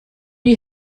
you